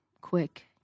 quick